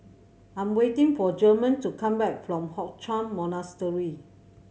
I'm waiting for German to come back from Hock Chuan Monastery